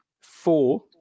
four